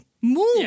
Move